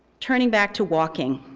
turning back to walking,